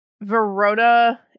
Verona